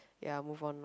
ya move on loh